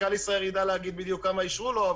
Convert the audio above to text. מנכ"ל ישראייר יידע להגיד בדיוק כמה אישרו לו,